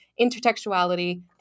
intertextuality